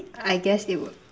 I guess it will